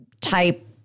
type